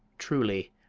truly,